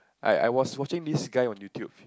I I was watching this guy on YouTube